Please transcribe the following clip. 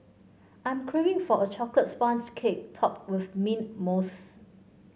I'm craving for a chocolate sponge cake topped with mint mousse